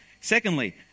Secondly